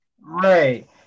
Right